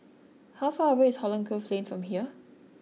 how far away is Holland Grove Lane from here